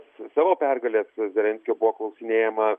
savo pergalės zelenskio buvo klausinėjama